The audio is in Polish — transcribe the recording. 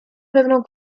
pewną